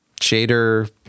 shader